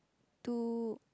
two